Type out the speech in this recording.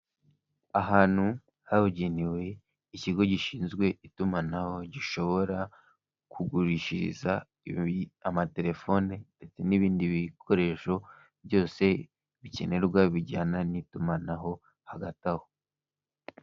Ahantu habugenewe ikigo gishinzwe itumanaho gishobora kugurishiriza amatelefoni n'ibindi bikoresho byose bikenerwa bijyana n'itumanaho hagati aho.